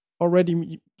already